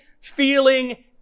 feeling